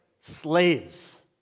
slaves